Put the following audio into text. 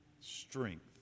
strength